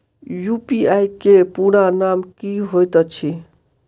UPI केँ पूरा नाम की होइत अछि?